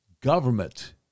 government